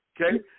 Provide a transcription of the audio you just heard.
okay